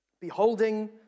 beholding